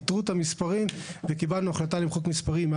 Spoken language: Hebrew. ניטרו את המספרים וקיבלנו החלטה למחוק מספרים,